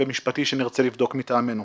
ומשפטי שאני רוצה לבדוק מטעמנו.